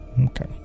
okay